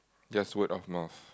just word of mouth